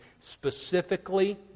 specifically